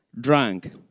drank